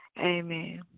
Amen